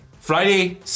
Friday